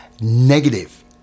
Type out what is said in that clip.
negative